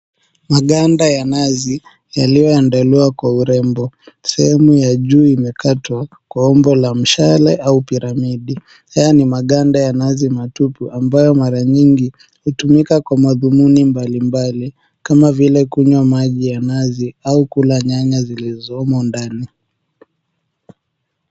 Maganda ya nazi yaliyoandaliwa kwa urembo. Sehemu ya juu imekatwa kwa umbo la mshale au piramidi. Haya ni maganda ya nazi matupu ambayo mara nyingi hutumika kwa madhumuni mbalimbali kama vile kunywa maji ya nazi au kula nyanya zilizomo ndani.